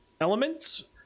elements